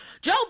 Joe